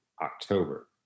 October